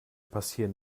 passieren